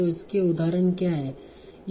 तो उसके उदाहरण क्या हैं